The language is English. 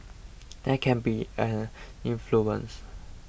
there can be an influence